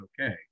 okay